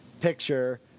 picture